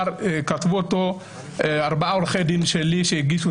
כתבו אותו ארבעה עורכי דין שלי שהגישו